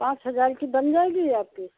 पाँच हज़ार की बन जाएगी आप की